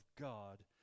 God